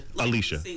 Alicia